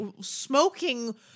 smoking